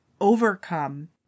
overcome